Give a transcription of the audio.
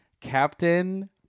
Captain